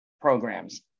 programs